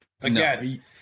Again